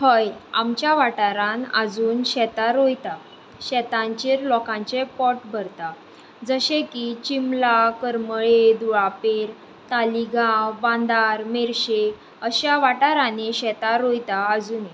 हय आमच्या वाठारान आजून शेतां रोयता शेतांचेर लोकांचें पोट भरता जशें की चिमला कर्मळे द्वापेर तालिगांव बांदार मेर्शे अशा वाठारांनी शेतां रोयता आजुनी